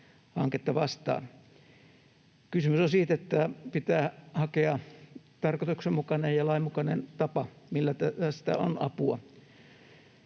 hanketta vastaan. Kysymys on siitä, että pitää hakea tarkoituksenmukainen ja lainmukainen tapa, millä tästä on apua.